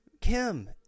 Kim